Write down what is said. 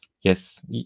Yes